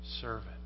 Servant